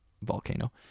volcano